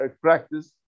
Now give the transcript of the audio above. practice